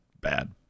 Bad